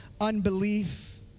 unbelief